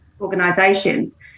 organisations